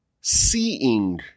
seeing